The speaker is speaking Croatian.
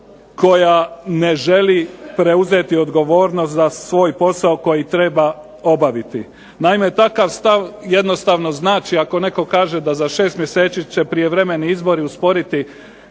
koja ne želi preuzeti odgovornost za svoj posao koji treba obaviti. Naime, takav stav jednostavno znači ako netko kaže da za 6 mjeseci će prijevremeni izbori usporiti